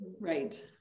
Right